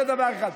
זה דבר אחד.